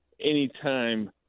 anytime